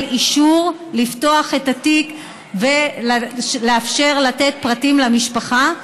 אישור לפתוח את התיק ולאפשר לתת פרטים למשפחה.